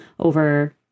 over